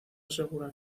asegura